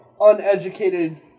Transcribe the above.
uneducated